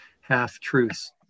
half-truths